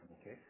okay